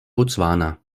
botswana